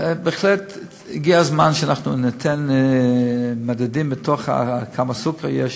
בהחלט הגיע הזמן שאנחנו ניתן מדדים כמה סוכר יש.